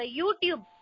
YouTube